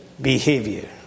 behavior